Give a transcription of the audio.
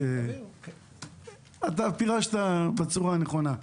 אתה פירשת בצורה הנכונה.